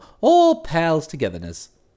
all-pals-togetherness